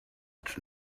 its